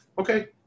Okay